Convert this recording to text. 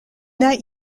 that